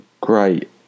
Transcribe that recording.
great